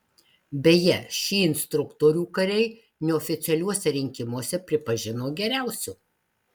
beje šį instruktorių kariai neoficialiuose rinkimuose pripažino geriausiu